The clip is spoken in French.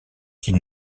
qu’il